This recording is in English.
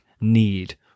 need